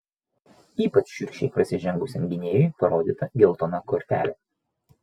ypač šiurkščiai prasižengusiam gynėjui parodyta geltona kortelė